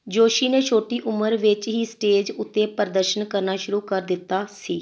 ਜੋਸ਼ੀ ਨੇ ਛੋਟੀ ਉਮਰ ਵਿੱਚ ਹੀ ਸਟੇਜ ਉੱਤੇ ਪ੍ਰਦਰਸ਼ਨ ਕਰਨਾ ਸ਼ੁਰੂ ਕਰ ਦਿੱਤਾ ਸੀ